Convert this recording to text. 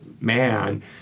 man